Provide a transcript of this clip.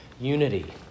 unity